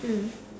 mm